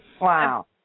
Wow